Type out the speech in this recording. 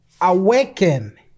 awaken